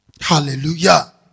Hallelujah